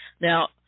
Now